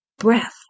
breath